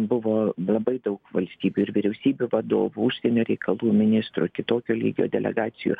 buvo labai daug valstybių ir vyriausybių vadovų užsienio reikalų ministrų kitokio lygio delegacijų